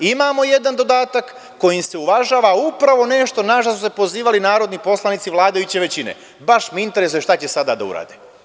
Imamo jedan dodatak kojim se uvažava upravo nešto našta se pozivali narodni poslanici vladajuće većine, baš me interesuje šta će sada da urade.